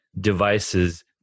devices